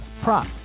prop